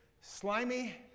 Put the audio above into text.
Slimy